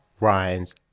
Rhymes